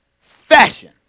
fashion